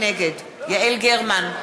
נגד יעל גרמן,